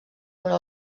però